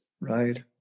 Right